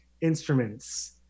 instruments